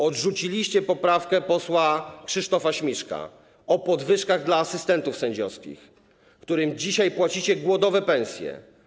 Odrzuciliście poprawkę posła Krzysztofa Śmiszka o podwyżkach dla asystentów sędziowskich, którym dzisiaj płacicie głodowe pensje.